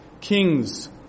Kings